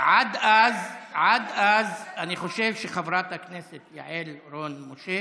עד אז אני חושב שחברת הכנסת יעל רון בן משה